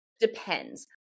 Depends